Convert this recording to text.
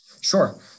Sure